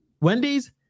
Wendy's